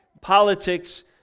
politics